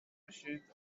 machines